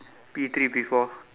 P three P four